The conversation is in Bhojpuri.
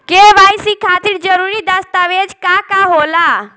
के.वाइ.सी खातिर जरूरी दस्तावेज का का होला?